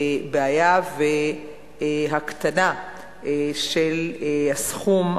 בעיה והקטנה של הסכום,